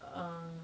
um